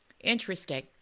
Interesting